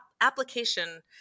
application